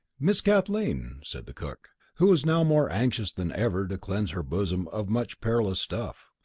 miss kathleen, said the cook, who was now more anxious than ever to cleanse her bosom of much perilous stuff,